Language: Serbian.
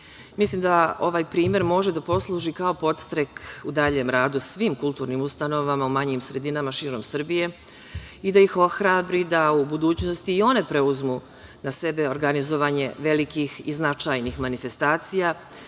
Mislim da ovaj primer može da posluži kao podstrek u daljem radu svim kulturnim ustanovama u manjim sredinama širom Srbije i da ih ohrabri da u budućnosti i one preuzmu na sebe organizovanje velikih i značajnih manifestacija